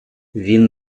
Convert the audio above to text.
він